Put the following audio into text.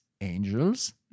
angels